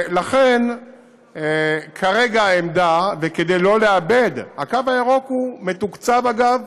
הקו הירוק מתוקצב, אגב,